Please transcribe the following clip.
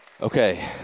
Okay